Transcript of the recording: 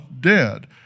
dead